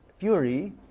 fury